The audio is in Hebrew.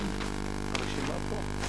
אדוני היושב-ראש,